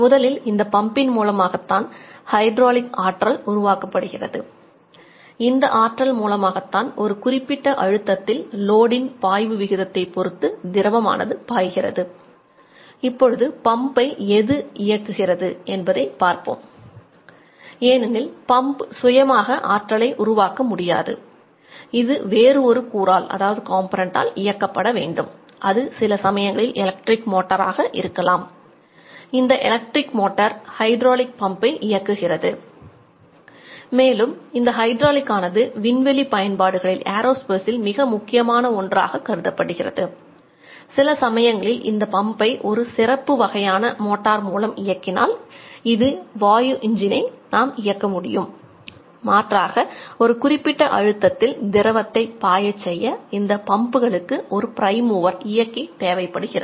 முதலில் இந்த பம்பின் மூலமாகத்தான் ஹைட்ராலிக் ஆற்றல் தேவைப்படுகிறது